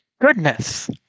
goodness